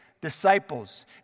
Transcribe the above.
disciples